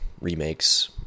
remakes